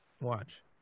watch